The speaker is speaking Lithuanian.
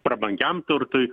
prabangiam turtui